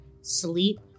sleep